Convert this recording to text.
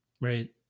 Right